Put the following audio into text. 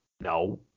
No